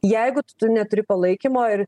jeigu tu neturi palaikymo ir